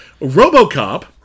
RoboCop